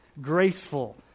Graceful